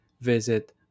visit